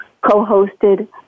co-hosted